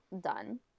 done